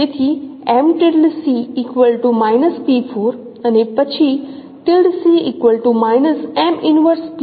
તેથી અને પછી